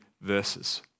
verses